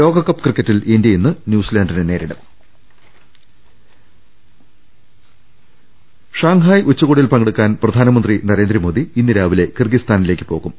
ലോകകപ്പ് ക്രിക്കറ്റിൽ ഇന്ത്യ ഇന്ന് ന്യൂസിലാന്റിനെ നേരിടും ഷാങ്ഹായ് ഉച്ചകോടിയിൽ പങ്കെടുക്കാൻ പ്രധാനമന്ത്രി നരേന്ദ്ര മോദി ഇന്ന് രാവിലെ കിർഗിസ്ഥാനിലേക്ക് പോകും